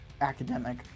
academic